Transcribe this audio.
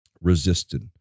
resisted